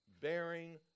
bearing